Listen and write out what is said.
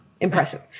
impressive